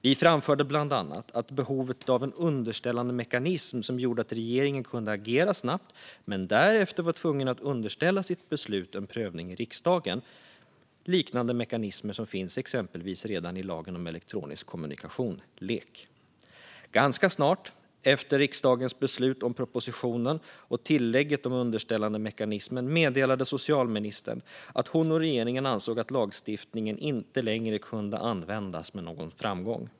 Vi framförde bland annat behovet av en underställandemekanism som gjorde att regeringen kunde agera snabbt men också att regeringen därefter var tvungen att underställa sitt beslut en prövning i riksdagen. Liknande mekanismer finns redan i exempelvis lagen om elektronisk kommunikation, LEK. Ganska snart efter riksdagens beslut om propositionen och tillägget om underställandemekanismen meddelade socialministern att hon och regeringen ansåg att lagstiftningen inte kunde användas med någon framgång.